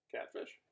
Catfish